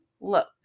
look